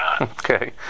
Okay